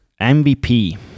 MVP